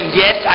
yes